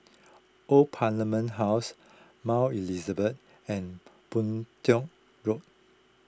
Old Parliament House Mount Elizabeth and Boon Tiong Road